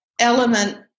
element